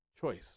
choice